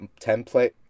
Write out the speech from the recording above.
template